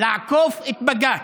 לעקוף את בג"ץ,